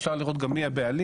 אפשר לראות גם מי הבעלים,